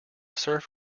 serf